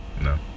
No